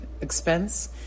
expense